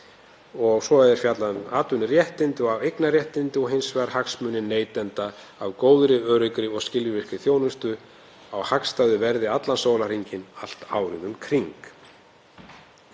og svo er fjallað um atvinnuréttindi og eignarréttindi — „og hins vegar hagsmunir neytenda af góðri, öruggri og skilvirkri þjónustu á hagstæðu verði allan sólarhringinn, árið um kring.“